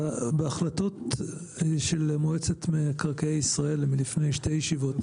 בהחלטות של מועצת מקרקעי ישראל מלפני שתי ישיבות,